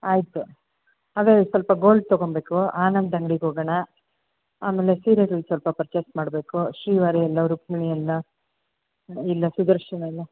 ಆಯ್ತು ಅದೇ ಸ್ವಲ್ಪ ಗೋಲ್ಡ್ ತೊಗೊಳ್ಬೇಕು ಆನಂದ ಅಂಗ್ಡಿಗೆ ಹೋಗೋಣ ಆಮೇಲೆ ಸೀರೆಗಳು ಸ್ವಲ್ಪ ಪರ್ಚೇಸ್ ಮಾಡಬೇಕು ಶ್ರೀವಾರಿಯಲ್ಲೊ ರುಕ್ಮಿಣಿಯಲ್ಲಿ ಇಲ್ಲ ಸುದರ್ಶನಲ್ಲೊ